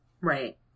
Right